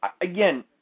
again